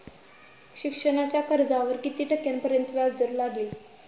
शिक्षणाच्या कर्जावर किती टक्क्यांपर्यंत व्याजदर लागेल?